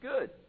Good